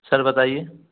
sir बताइए